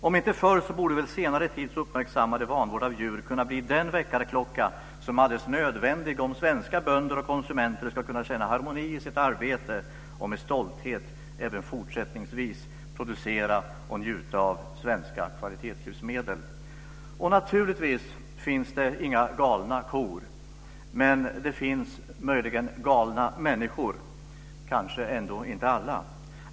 Om inte förr så borde väl senare tids uppmärksammade vanvård av djur kunna bli den väckarklocka som är alldeles nödvändig om svenska bönder och konsumenter ska kunna känna harmoni i sitt arbete och med stolthet även fortsättningsvis producera och njuta av svenska kvalitetslivsmedel. Naturligtvis finns det inga "galna kor". Men det finns möjligen "galna människor" - kanske ändå inte alla.